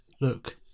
look